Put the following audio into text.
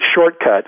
shortcut